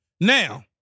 Now